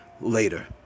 later